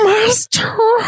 Master